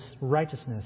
righteousness